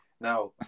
Now